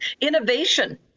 Innovation